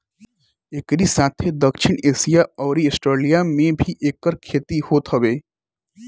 एकरी साथे दक्षिण एशिया अउरी आस्ट्रेलिया में भी एकर खेती होत हवे